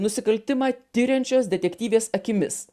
nusikaltimą tiriančios detektyvės akimis